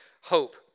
hope